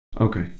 Okay